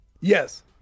Yes